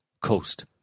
coast